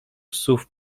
psów